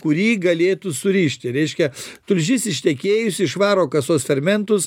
kurį galėtų surišti reiškia tulžis ištekėjusi išvaro kasos fermentus